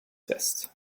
fest